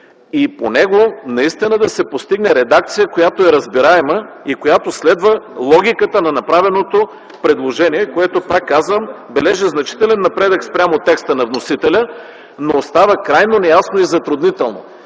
и по него наистина да се постигне редакция, която е разбираема и следва логиката на направеното предложение. Пак казвам, то бележи значителен напредък спрямо текста на вносителя, но става крайно неясно и затруднително,